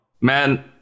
man